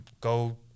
go